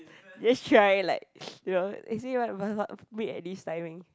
you just try like you know they say what breed at this timing